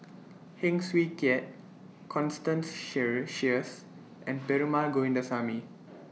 Heng Swee Keat Constance shear Sheares and Perumal Govindaswamy